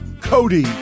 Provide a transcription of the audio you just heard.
cody